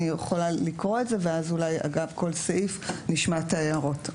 אני יכולה לקרוא את זה ואז אולי אגב כל סעיף נשמע את ההערות.